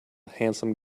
handsome